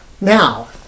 Now